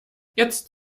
jetzt